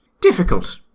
difficult